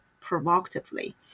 provocatively